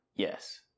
Yes